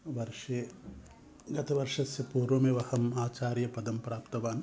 वर्षे गतवर्षस्य पूर्वमेव अहम् आचार्यपदं प्राप्तवान्